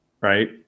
right